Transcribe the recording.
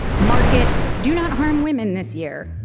market, do not harm women this year.